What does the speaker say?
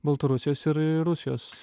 baltarusijos ir rusijos